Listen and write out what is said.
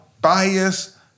bias